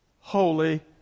Holy